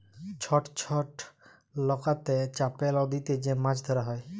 ছট ছট লকাতে চাপে লদীতে যে মাছ ধরা হ্যয়